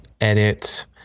edit